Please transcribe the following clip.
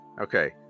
Okay